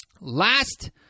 Last